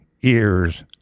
ears